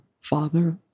father